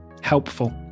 helpful